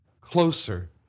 closer